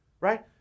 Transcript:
Right